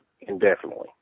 indefinitely